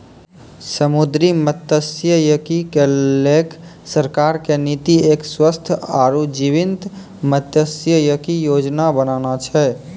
समुद्री मत्सयिकी क लैकॅ सरकार के नीति एक स्वस्थ आरो जीवंत मत्सयिकी योजना बनाना छै